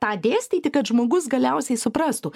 tą dėstyti kad žmogus galiausiai suprastų